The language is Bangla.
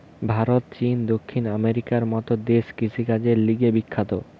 ভারত, চীন, দক্ষিণ আমেরিকার মত দেশ কৃষিকাজের লিগে বিখ্যাত